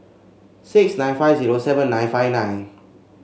six nine five zero seven nine five nine